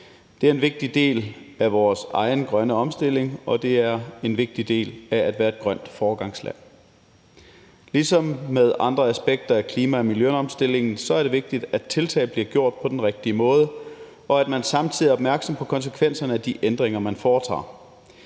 Det er en vigtig del af vores egen grønne omstilling, og det er en vigtig del af at være et grønt foregangsland. Ligesom med andre aspekter af klima- og miljøomstillingen er det vigtigt, at tiltag bliver gjort på den rigtige måde, og at man samtidig er opmærksom på konsekvenserne af de ændringer, man foretager.